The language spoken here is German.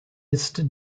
ist